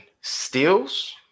steals